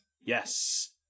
Yes